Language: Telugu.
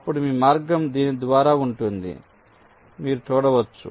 అప్పుడు మీ మార్గం దీని ద్వారా ఉంటుంది కాబట్టి మీరు చూడవచ్చు